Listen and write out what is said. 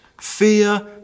Fear